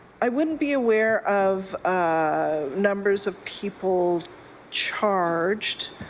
i wouldn't be aware of ah numbers of people charged